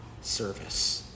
service